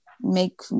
make